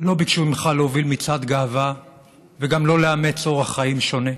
לא ביקשו ממך להוביל מצעד גאווה וגם לא לאמץ אורח חיים שונה.